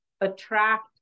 attract